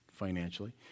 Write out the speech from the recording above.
financially